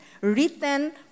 written